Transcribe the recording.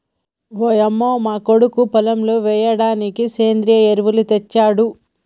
ఓయంమో మా కొడుకు పొలంలో ఎయ్యిడానికి సెంద్రియ ఎరువులు తెచ్చాడు